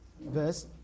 verse